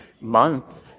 month